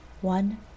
one